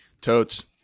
Totes